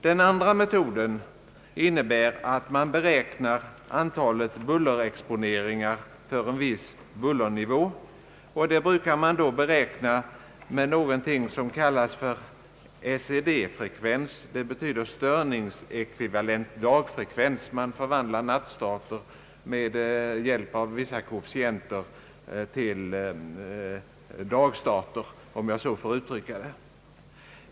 Den andra metoden innebär att man beräknar antalet bullerexponeringar på en viss bullernivå. Det sker med någonting som kallas störningsekvivalent dagfrekvens och metoden innebär att man med hjälp av vissa koefficienter förvandlar nattstarter till dagstarter, om jag så får uttrycka det.